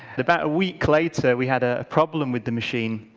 about a week later we had a problem with the machine,